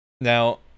now